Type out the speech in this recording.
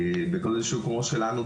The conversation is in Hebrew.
בסדר גודל כמו שלנו,